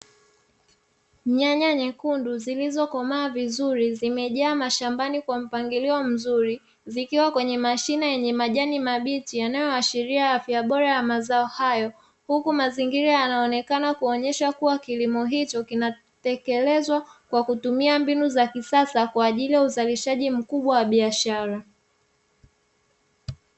Nyanya nyekundu zilizokomaa vizuri zimejaa mashambani kwa mpangilio mzuri zikiwa kwenye mashine ya majani mabichi yanyoashiria afya bora ya mazao hayo. Huku mazingira kuonekana kuwa kilimo hicho kina tekelezwa kwa kutumia mbinu za kisasa kwaajili ya uzalishaji mkubwa wa biashara.